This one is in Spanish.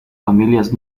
familias